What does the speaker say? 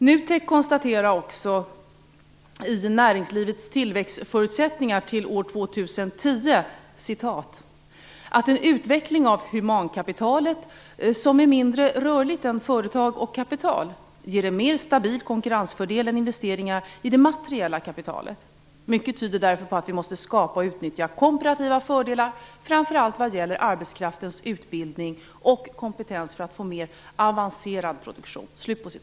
NUTEK konstaterar också i Näringslivets tillväxtförutsättningar till år 2010 "att en utveckling av humankapitalet, som är mindre rörligt än företag och kapital, ger en mer stabil konkurrensfördel än investeringar i det materiella kapitalet. Mycket tyder därför på att vi måste skapa och utnyttja komparativa fördelar framför allt vad gäller arbetskraftens utbildning och kompetens för att få en mer avancerad produktion."